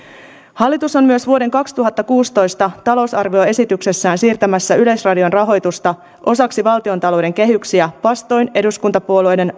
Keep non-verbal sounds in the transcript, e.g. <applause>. hallitus on myös vuoden kaksituhattakuusitoista talousarvioesityksessään siirtämässä yleisradion rahoitusta osaksi valtiontalouden kehyksiä vastoin eduskuntapuolueiden <unintelligible>